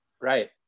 Right